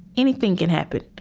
anything can happen.